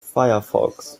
firefox